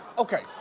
okay,